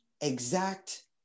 exact